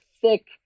thick